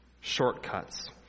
shortcuts